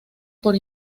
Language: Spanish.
por